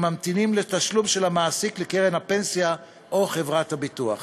ממתינים לתשלום של המעסיק לקרן הפנסיה או חברת הביטוח.